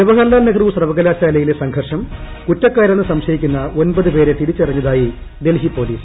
ജവഹർലാൽ നെഹ്റു സർപ്പകലാശാലയിലെ സംഘർഷം കുറ്റക്കാരെന്ന് സംശയിക്കുന്ന് ഒമ്പത് പേരെ തിരിച്ചറിഞ്ഞതായി ഡ്ൽഹി പൊലീസ്